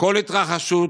כל התרחשות,